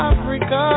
Africa